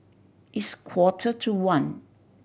its quarter to one